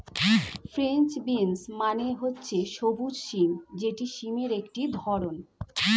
French beans মানে হচ্ছে সবুজ সিম যেটি সিমের একটি ধরণ